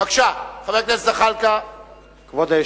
בבקשה, חבר הכנסת זחאלקה.